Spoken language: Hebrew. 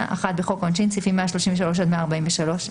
בחוק העונשין - סעיפים 133 עד 143,